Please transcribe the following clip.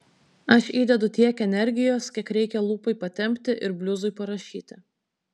aš įdedu tiek energijos kiek reikia lūpai patempti ir bliuzui parašyti